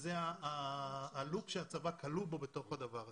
זה הלופ שהצבא כלוא בו בדבר הזה.